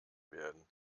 werden